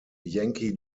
yankee